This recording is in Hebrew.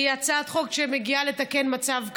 היא הצעת חוק שמגיעה לתקן מצב קיים.